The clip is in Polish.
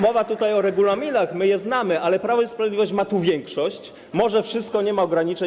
Mowa tutaj o regulaminach, my je znamy, ale Prawo i Sprawiedliwość ma tu większość, może wszystko, nie ma ograniczeń.